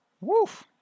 Woof